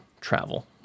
travel